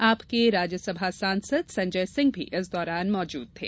आप के राज्यसभा सांसद संजय सिंह भी इस दौरान मौजूद थे